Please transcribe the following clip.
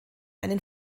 einen